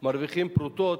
מרוויחים פרוטות,